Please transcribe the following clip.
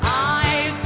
i